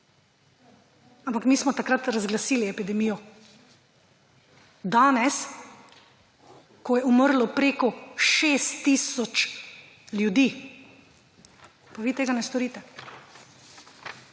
Ampak mi smo takrat razglasili epidemijo. Danes, ko je umrlo preko 6 tisoč ljudi, pa vi tega ne storite.